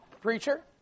preacher